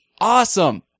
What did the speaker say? awesome